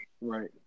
Right